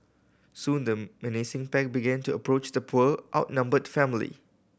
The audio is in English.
soon the menacing pack began to approach the poor outnumbered family